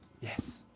Yes